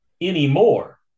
anymore